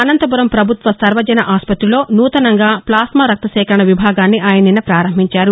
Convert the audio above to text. అనంతపురం పభుత్వ సర్వజన ఆస్పత్రిలో నూతనంగా ప్లాస్నా రక్త సేకరణ విభాగాన్ని ఆయన నిన్న ప్రారంభించారు